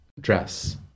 dress